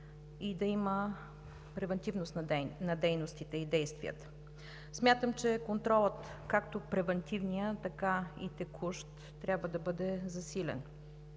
и да има превантивност на дейностите и действията. Смятам, че контролът, както превантивният, така и текущият, трябва да бъде засилен.